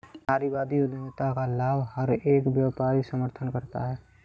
नारीवादी उद्यमिता का लगभग हर एक व्यापारी समर्थन करता है